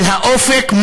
על האופק,